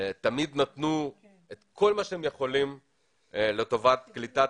תמיד נתנו את כל מה שהם יכולים לטובת קליטת